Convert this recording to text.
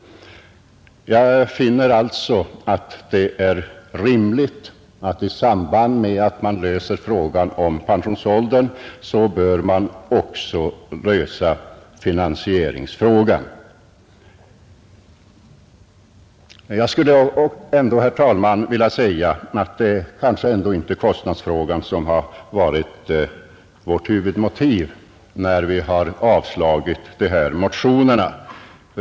Jag finner alltså att det är rimligt att man löser finansieringsfrågan i samband med att man löser frågan om pensionsåldern. Men jag skulle ändå vilja säga att det kanske trots allt inte är kostnadsfrågan som varit huvudmotivet när utskottet har avstyrkt motionerna.